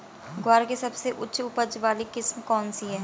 ग्वार की सबसे उच्च उपज वाली किस्म कौनसी है?